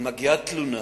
מגיעה תלונה